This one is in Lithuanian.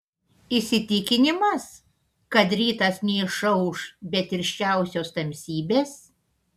įsitikinimas kad rytas neišauš be tirščiausios tamsybės